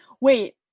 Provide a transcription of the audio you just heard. wait